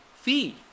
fee